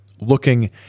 looking